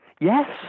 Yes